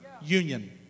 union